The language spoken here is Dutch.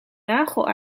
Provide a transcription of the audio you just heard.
nagel